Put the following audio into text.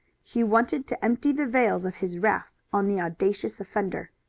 he wanted to empty the vails of his wrath on the audacious offender.